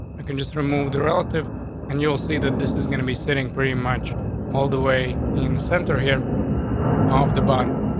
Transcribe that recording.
i could just remove the relative and you'll see that this is gonna be sitting pretty much all the way in the center here off the body,